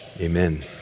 amen